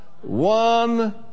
one